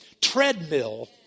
treadmill